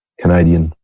Canadian